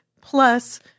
plus